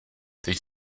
teď